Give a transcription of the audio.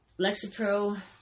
Lexapro